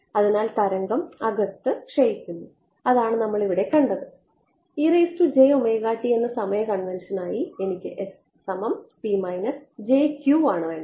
അതിനാൽ തരംഗം അകത്ത് ക്ഷയിക്കുന്നു അതാണ് നമ്മൾ ഇവിടെ കണ്ടത് എന്ന സമയ കൺവെൻഷനായി എനിക്ക് ആണ് വേണ്ടത്